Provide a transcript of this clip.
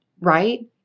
right